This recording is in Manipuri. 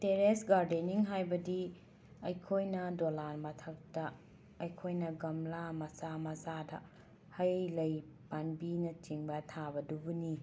ꯇꯦꯔꯦꯁ ꯒꯥꯔꯗꯦꯅꯤꯡ ꯍꯥꯏꯕꯗꯤ ꯑꯩꯈꯣꯏꯅ ꯗꯣꯂꯥꯟ ꯃꯊꯛꯇꯥ ꯑꯩꯈꯣꯏꯅ ꯒꯝꯂꯥ ꯃꯆꯥ ꯃꯆꯥꯗ ꯍꯩ ꯂꯩ ꯄꯥꯟꯕꯤꯅꯆꯤꯡꯕ ꯊꯥꯕꯗꯨꯕꯨꯅꯤ